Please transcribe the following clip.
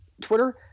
Twitter